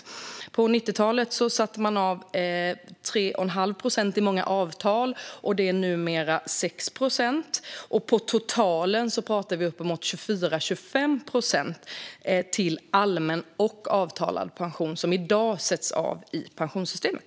På 1990-talet satte man av 3,5 procent i många avtal, och den siffran är numera 6 procent. På totalen talar vi om uppemot 24-25 procent till allmän och avtalad pension som i dag sätts av i pensionssystemet.